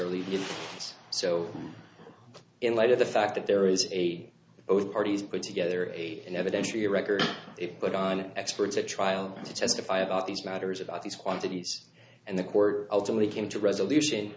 early so in light of the fact that there is a both parties put together in evidence to record it but on experts at trial to testify about these matters about these quantities and the court ultimately came to resolution